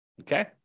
okay